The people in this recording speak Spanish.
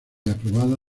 aprobada